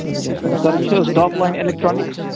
وعلیکُم سلام سَر یہِ چھِ حظ ٹاپ لایِن اٮ۪لٮ۪کٹرٛانِکٕس